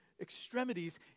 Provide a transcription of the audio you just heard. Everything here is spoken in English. extremities